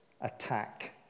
attack